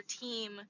team